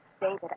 David